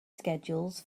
schedules